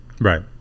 Right